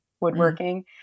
woodworking